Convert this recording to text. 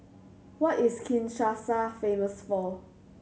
what is Kinshasa famous for